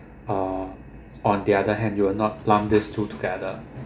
uh on the other hand you will not clump this two together